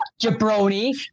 jabroni